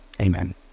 amen